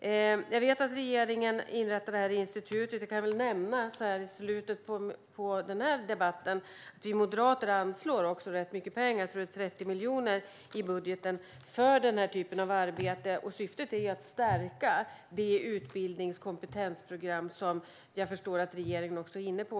Jag vet att regeringen har inrättat ett institut. Så här i slutet av debatten kan jag också nämna att vi moderater anslår rätt mycket pengar - det är 30 miljoner i budgeten - för den här typen av arbete. Syftet är att stärka det utbildnings och kompetensprogram som jag förstår att regeringen också är inne på.